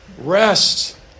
Rest